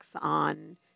on